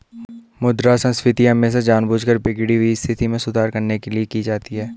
मुद्रा संस्फीति हमेशा जानबूझकर बिगड़ी हुई स्थिति में सुधार करने के लिए की जाती है